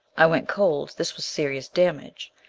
i went cold. this was serious damage.